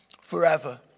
forever